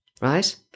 right